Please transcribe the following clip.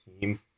team